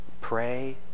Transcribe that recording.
pray